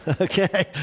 Okay